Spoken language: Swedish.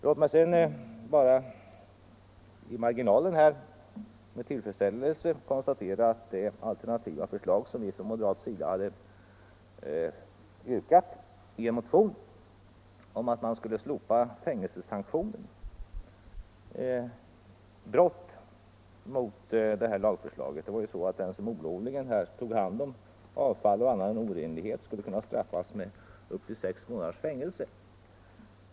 Låt mig sedan bara i marginalen med tillfredsställelse konstatera att det alternativa förslag som vi från moderaterna hade yrkat på i en motion om att man skulle slopa fängelsesanktionen har bifallits. Det var ju så att den som olovligen tog hand om avfall skulle kunna straffas med upp till sex månaders fängelse.